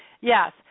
yes